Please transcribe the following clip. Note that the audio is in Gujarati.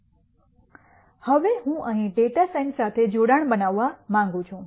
હવે હું અહીં ડેટા સાયન્સ સાથે જોડાણ બનાવવા માંગું છું